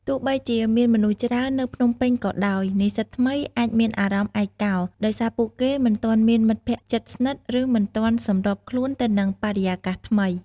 ទោះបីជាមានមនុស្សច្រើននៅភ្នំពេញក៏ដោយ និស្សិតថ្មីអាចមានអារម្មណ៍ឯកោ ដោយសារពួកគេមិនទាន់មានមិត្តភក្តិជិតស្និទ្ធ ឬមិនទាន់សម្របខ្លួនទៅនឹងបរិយាកាសថ្មី។